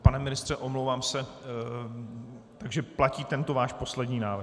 Pane ministře, omlouvám se, takže platí tento váš poslední návrh.